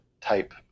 type